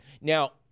Now